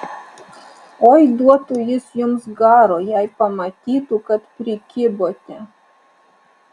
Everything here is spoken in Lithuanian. oi duotų jis jums garo jei pamatytų kad prikibote